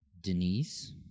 Denise